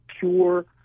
pure